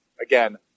Again